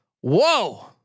Whoa